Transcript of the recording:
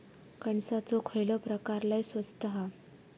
कणसाचो खयलो प्रकार लय स्वस्त हा?